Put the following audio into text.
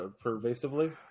pervasively